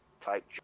type